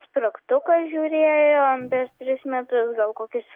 spragtuką žiūrėjom prieš tris metus gal kokias